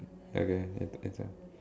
okay later